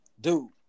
dude